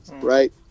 right